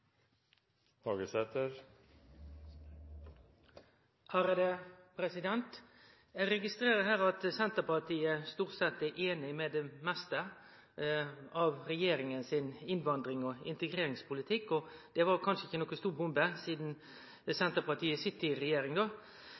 Eg registrerer at Senterpartiet stort sett er einig i det meste av regjeringa sin innvandrings- og integreringspolitikk. Det var kanskje ikkje noka stor bombe, sidan Senterpartiet sit i